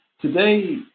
today